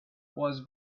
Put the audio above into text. was